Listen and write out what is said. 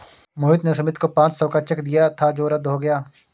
मोहन ने सुमित को पाँच सौ का चेक दिया था जो रद्द हो गया